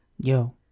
Yo